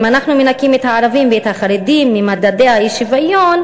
אם אנחנו מנכים את הערבים ואת החרדים ממדדי האי-שוויון,